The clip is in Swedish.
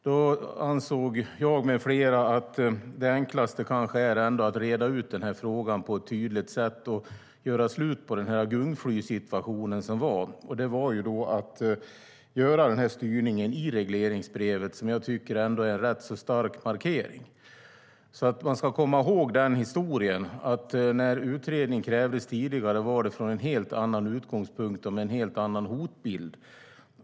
Då ansåg jag och andra att det enklaste kanske ändå är att reda ut frågan på ett tydligt sätt och göra slut på den gungflysituation som fanns. Det var att göra en styrning genom regleringsbrevet, och det tycker jag är en rätt stark markering. Man ska alltså komma ihåg den historien. När det krävdes utredning tidigare var det från en helt annan utgångspunkt och med en helt annan hotbild.